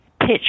pitch